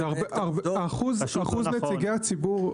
מתוך חמישה חברים, שני נציגי ציבור.